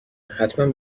حتمن